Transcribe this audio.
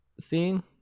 seeing